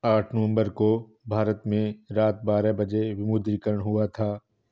आठ नवम्बर को भारत में रात बारह बजे विमुद्रीकरण हुआ था